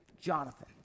Jonathan